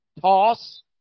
Toss